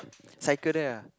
cycle there ah